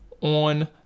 on